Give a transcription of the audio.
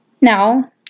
Now